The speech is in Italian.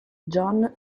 john